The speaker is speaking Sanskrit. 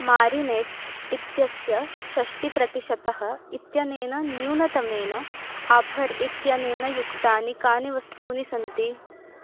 मारिनेड्स् इत्यस्य षष्टिप्रतिशतम् इत्यनेन न्यूनतमेन आफर् इत्यनेन युक्तानि कानि वस्तूनि सन्ति